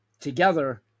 Together